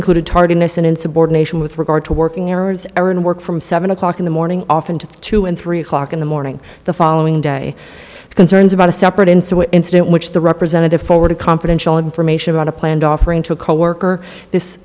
included tardiness and insubordination with regard to working errors or in work from seven o'clock in the morning often to two and three o'clock in the morning the following day concerns about a separate incident incident which the representative forwarded confidential information about a planned offering to a coworker this